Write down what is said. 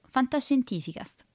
Fantascientificast